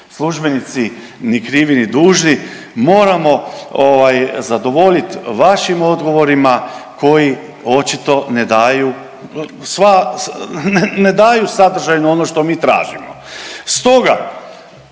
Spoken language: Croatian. službenici ni krivi ni dužni moramo zadovoljiti vašim odgovorima koji očito ne daju sadržajno ono što mi tražimo. Stoga